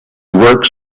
works